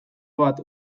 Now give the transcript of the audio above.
bat